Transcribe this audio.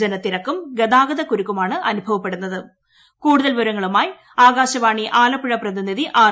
ജനത്തിരക്കും ഗതാഗത കുരുക്കുമാണ് അനുഭവപ്പെടുന്നത് കൂടുതൽ വിവരങ്ങളുമായി ആകാശ്പ്പാർ ആലപ്പുഴ പ്രതിനിധി ആർ